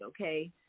okay